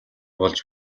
болж